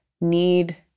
need